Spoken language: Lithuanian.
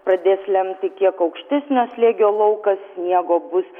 pradės lemti kiek aukštesnio slėgio laukas sniego bus